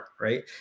right